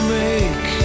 make